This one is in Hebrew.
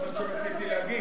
זה מה שרציתי להגיד.